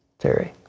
terry?